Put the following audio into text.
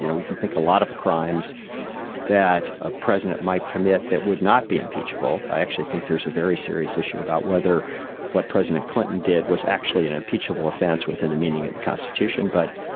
you know we can think a lot of crimes that a president might commit that would not be impeachable. i actually think there's a very serious issue about whether what president clinton did was actually an impeachable offense within the meaning of the constitution. but,